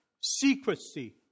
secrecy